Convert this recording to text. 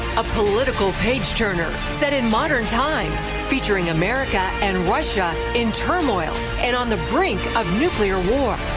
a political page-turner set in modern times, featuring america and russia in turmoil and on the brink of nuclear war.